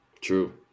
true